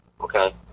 okay